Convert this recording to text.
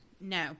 No